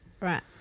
Right